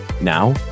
now